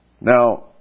Now